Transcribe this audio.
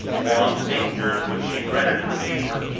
or on the dangers which she dreaded in the future.